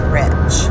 rich